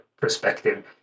perspective